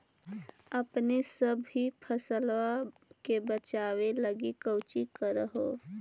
अपने सभी फसलबा के बच्बे लगी कौची कर हो?